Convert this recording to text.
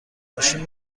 ماشین